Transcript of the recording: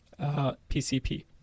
PCP